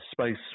space